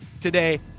today